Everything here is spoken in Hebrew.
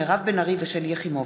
מירב בן ארי ושלי יחימוביץ.